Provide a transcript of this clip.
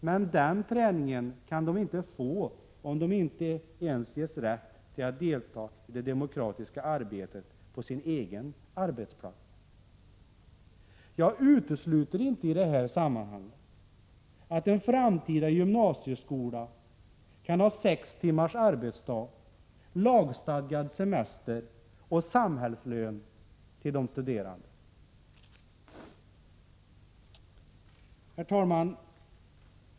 Men den träningen kan eleverna inte få om de inte ens ges rätt till att delta i det demokratiska arbetet på sin egen arbetsplats. Jag utesluter inte i det här sammanhanget att den framtida gymnasieskolan kan ha 6 timmars arbetsdag, lagstadgad semester och samhällslön för de studerande. Herr talman!